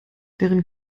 deren